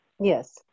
Yes